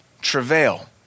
travail